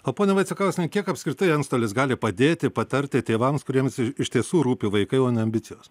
o ponia vaicekauskiene kiek apskritai antstolis gali padėti patarti tėvams kuriems iš tiesų rūpi vaikai o ne ambicijos